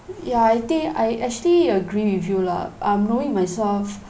ya I think I actually agree with you lah um knowing myself